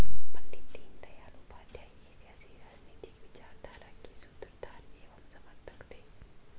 पण्डित दीनदयाल उपाध्याय एक ऐसी राजनीतिक विचारधारा के सूत्रधार एवं समर्थक थे